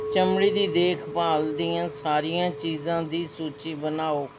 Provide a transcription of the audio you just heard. ਚਮੜੀ ਦੀ ਦੇਖਭਾਲ ਦੀਆਂ ਸਾਰੀਆਂ ਚੀਜ਼ਾਂ ਦੀ ਸੂਚੀ ਬਣਾਓ